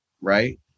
right